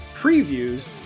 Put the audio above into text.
previews